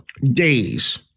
days